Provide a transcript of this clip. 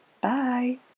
Bye